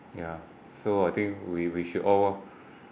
yeah so I think we we should all